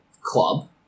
club